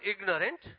ignorant